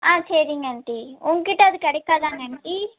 ஆ சரிங்க ஆண்ட்டி உங்கக்கிட்ட அது கிடைக்காதாங்க ஆண்ட்டி